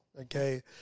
okay